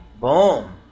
Boom